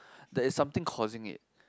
there is something causing it